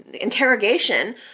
interrogation